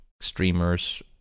streamers